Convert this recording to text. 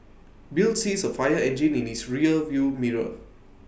bill sees A fire engine in his rear view mirror